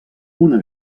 una